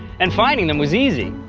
and finding them was easy